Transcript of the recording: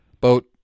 Boat